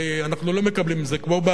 הרי אנחנו לא מקבלים את זה כמו,